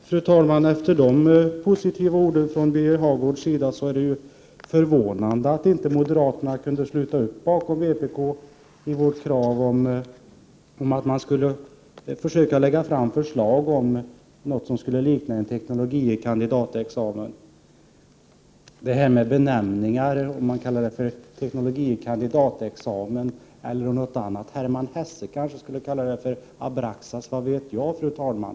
Fru talman! Efter de positiva orden från Birger Hagård är det ju förvånande att moderaterna inte kunde sluta upp bakom vpk:s krav på att man skall försöka lägga fram förslag om något som liknar en teknologie kandidat-examen. Om det kallas teknologie kandidat-examen eller något annat betyder inte så mycket. Hermann Hesse skulle kanske kalla det Abraxas, vad vet jag, fru talman?